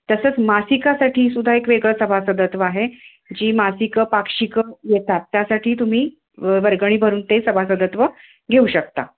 तसंच मासिकासाठी सुद्धा एक वेगळं सभासदत्व आहे जी मासिकं पाक्षिकं येतात त्यासाठी तुम्ही व वर्गणी भरून ते सभासदत्व घेऊ शकता